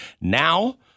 Now